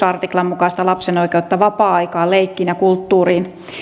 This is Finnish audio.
artiklan mukaista lapsen oikeutta vapaa aikaan leikkiin ja kulttuuriin